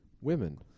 women